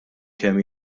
kemm